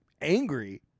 angry